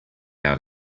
out